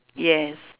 yes